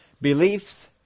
Beliefs